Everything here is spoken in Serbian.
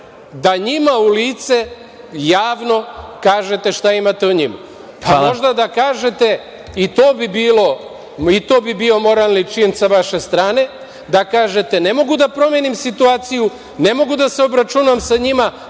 da njima u lice javno kažete šta imate o njima. Pa, možda da kažete i to bi bio moralni čin sa vaše strane, da kažete ne mogu da promenim situaciju, ne mogu da se obračunavam sa njima,